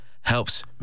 helps